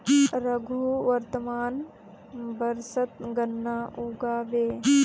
रघु वर्तमान वर्षत गन्ना उगाबे